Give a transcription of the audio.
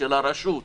של הרשות.